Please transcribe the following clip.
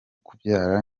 kubyara